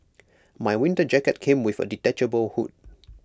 my winter jacket came with A detachable hood